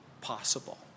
possible